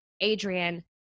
Adrian